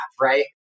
right